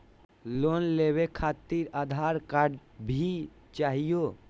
Loan लेवे खातिरआधार card भी चाहियो?